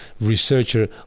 researcher